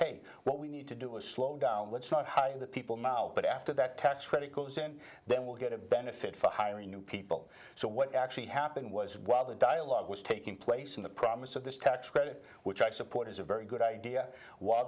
hate what we need to do is slow down let's not hire the people now but after that tax credit goes in that will get a benefit for hiring new people so what actually happened was while the dialogue was taking place in the promise of this tax credit which i support is a very good idea while